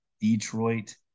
Detroit